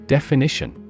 Definition